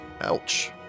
Ouch